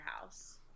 house